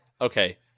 okay